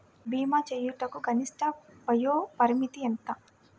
భీమా చేయుటకు గరిష్ట వయోపరిమితి ఎంత?